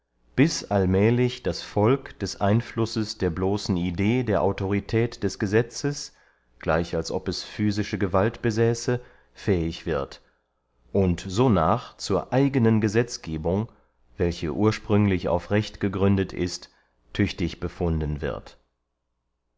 bis allmählig das volk des einflusses der bloßen idee der autorität des gesetzes gleich als ob es physische gewalt besäße fähig wird und sonach zur eigenen gesetzgebung welche ursprünglich auf recht gegründet ist tüchtig befunden wird